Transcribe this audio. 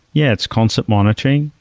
yeah, it's constant monitoring,